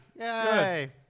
Yay